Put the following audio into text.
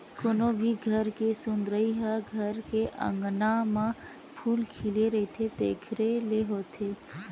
कोनो भी घर के सुंदरई ह घर के अँगना म फूल खिले रहिथे तेखरे ले होथे